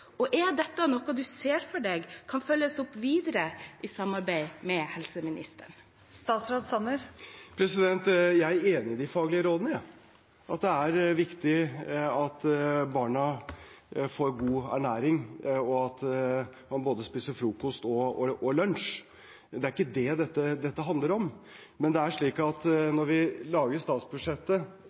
og er dette noe han ser for seg kan følges opp videre i samarbeid med helseministeren? Jeg er enig i de faglige rådene. Det er viktig at barna får god ernæring, og at man spiser både frokost og lunsj. Det er ikke det dette handler om. Når vi lager statsbudsjettet og har 2 mrd. kr til disposisjon etter at vi